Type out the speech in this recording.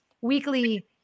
weekly